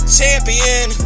champion